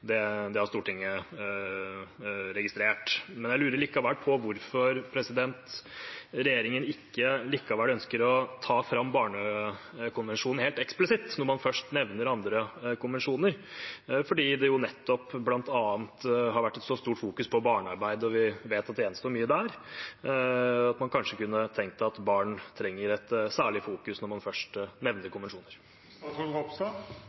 det skulle bare mangle – og det har Stortinget registrert. Jeg lurer likevel på hvorfor regjeringen likevel ikke ønsker å ta fram barnekonvensjonen helt eksplisitt når man først nevner andre konvensjoner, fordi det nettopp i så stor grad har vært fokusert på barnearbeid, og vi vet det gjenstår mye der. Kanskje man kunne tenkt at barn trenger at man fokuserer særlig på dem når man først nevner